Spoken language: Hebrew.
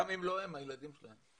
גם אם לא הן, הילדים שלהן.